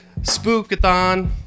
spookathon